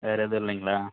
வேறு எதுவும் இல்லிங்களா